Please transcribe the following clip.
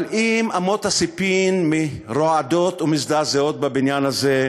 אבל אם אמות הספים רועדות ומזדעזעות בבניין הזה,